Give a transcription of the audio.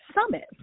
Summit